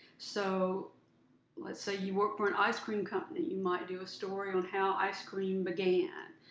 so let's say you work for an ice cream company, you might do a story on how ice cream began.